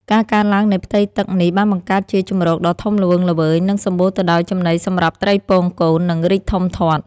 ការកើនឡើងនៃផ្ទៃទឹកនេះបានបង្កើតជាជម្រកដ៏ធំល្វឹងល្វើយ និងសម្បូរទៅដោយចំណីសម្រាប់ត្រីពងកូន និងរីកធំធាត់។